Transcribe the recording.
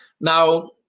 Now